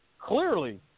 Clearly